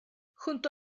junto